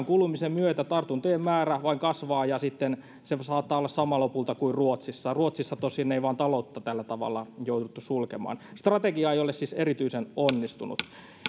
kulumisen myötä tartuntojen määrä vain kasvaa ja sitten se saattaa olla lopulta sama kuin ruotsissa ruotsissa tosin ei vain taloutta tällä tavalla jouduttu sulkemaan strategia ei ole siis erityisen onnistunut